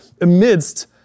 amidst